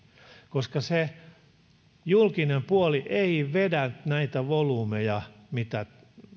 ongelmiin julkinen puoli ei vedä näitä volyymeja mitä